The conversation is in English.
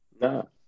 No